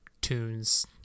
tunes